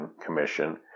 Commission